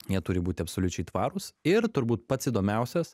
jie turi būti absoliučiai tvarūs ir turbūt pats įdomiausias